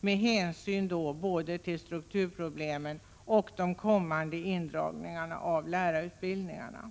med hänsyn till strukturproblemet och med hänsyn till de kommande indragningarna av lärarutbildningarna.